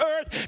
earth